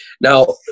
Now